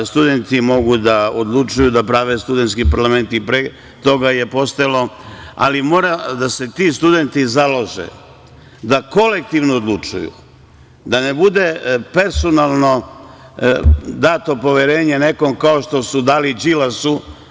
Studenti mogu da odlučuju da prave studentski parlament i pre toga je postojalo, ali mora da se ti studenti založe da kolektivno odlučuju, da ne bude personalno dato poverenje nekom kao što su dali Đilasu.